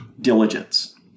diligence